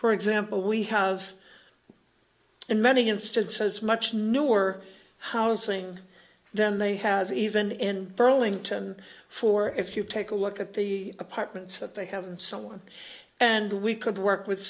for example we have in many instances much newer housing than they have even in burlington for if you take a look at the apartments that they have someone and we could work with